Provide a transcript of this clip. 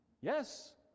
Yes